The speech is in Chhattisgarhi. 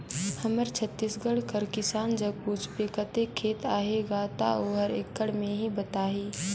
हमर छत्तीसगढ़ कर किसान जग पूछबे कतेक खेत अहे गा, ता ओहर एकड़ में ही बताही